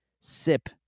sip